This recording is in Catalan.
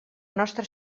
nostra